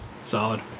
Solid